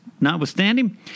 notwithstanding